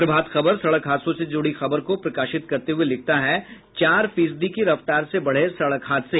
प्रभात खबर ने सड़क हादसों से जुड़ी खबर को प्रकाशित करते हुये लिखता है चार फीसदी की रफ्तार से बढ़े सड़क हादसे